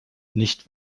nicht